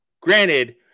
Granted